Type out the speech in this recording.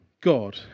God